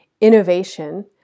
innovation